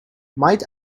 might